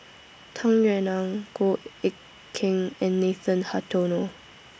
Tung Yue Nang Goh Eck Kheng and Nathan Hartono